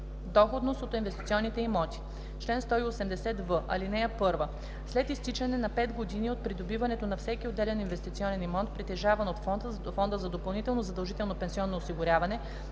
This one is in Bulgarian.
Доходност от инвестиционните имоти